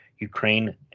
ukraine